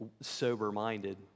sober-minded